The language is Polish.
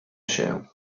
się